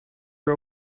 are